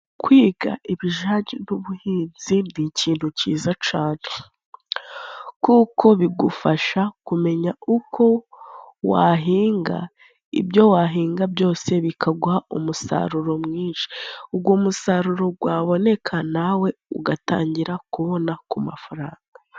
Kwiga ibijanye n'ubuhinzi ni ikintu cyiza cane kuko bigufasha kumenya uko wahinga ibyo wahinga byose bikaguha umusaruro mwinshi, ugo umusaruro gwaboneka nawe ugatangira kubona ku mafaranga.